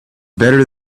better